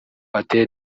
ateye